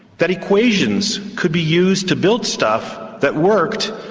that equations could be used to build stuff that worked,